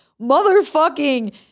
motherfucking